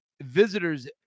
Visitors